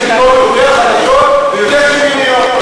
עובדה שיש מדינות יותר חלשות ויותר שוויוניות.